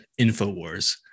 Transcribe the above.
InfoWars